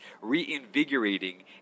reinvigorating